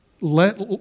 let